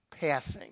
passing